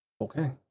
Okay